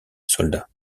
soldat